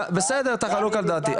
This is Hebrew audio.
בסדר, אתה חלוק על דעתי.